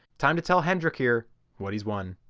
time to tell hendrik here what he's won.